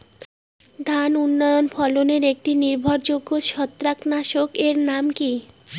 ধান উন্নত ফলনে একটি নির্ভরযোগ্য ছত্রাকনাশক এর নাম কি?